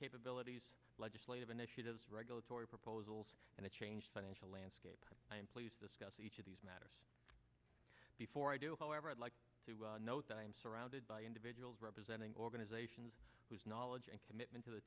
capabilities legislative initiatives regulatory proposals and a change financial landscape i am please discuss each of these matters before i do however i'd like to note that i am surrounded by individuals representing organizations whose knowledge and commitment to the